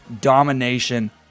domination